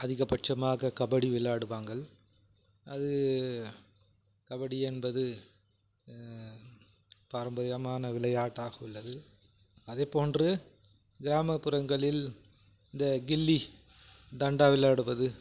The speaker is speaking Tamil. அதிகபட்சமாக கபடி விளையாடுவாங்கள் அது கபடி என்பது பாரம்பரியமான விளையாட்டாக உள்ளது அதே போன்று கிராமப்புறங்களில் இந்த கில்லி தண்டா விளையாடுவது